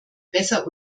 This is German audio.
besser